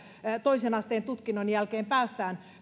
toisen asteen tutkinnon jälkeen päästään